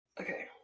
okay